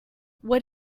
what